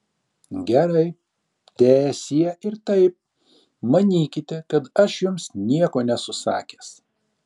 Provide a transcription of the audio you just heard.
gerai teesie ir taip manykite kad aš jums nieko nesu sakęs